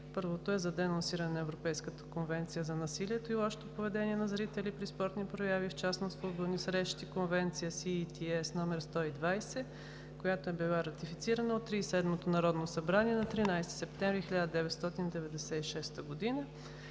Първото е за денонсиране на Европейската конвенция за насилието и лошото поведение на зрители при спортни прояви и в частност футболни срещи – Конвенция CETS № 120, която е била ратифицирана от 37-ото Народно събрание на 13 септември 1996 г.